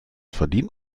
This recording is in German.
verdient